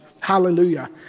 Hallelujah